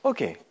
Okay